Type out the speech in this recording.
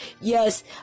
Yes